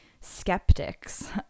skeptics